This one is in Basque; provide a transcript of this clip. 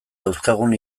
dauzkagun